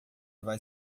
vai